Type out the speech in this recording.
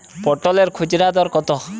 পটলের খুচরা দর কত?